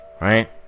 right